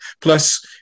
Plus